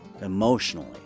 emotionally